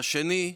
והשני,